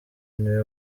niwe